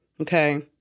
Okay